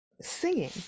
singing